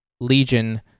Legion